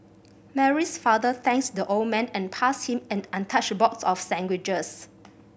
Mary's father thanked the old man and passed him an untouched box of sandwiches